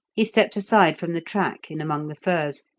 he stepped aside from the track in among the firs,